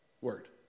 word